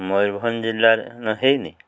ମୟୂରଭଞ୍ଜ ଜିଲ୍ଲାରେ ନ ହେଇନି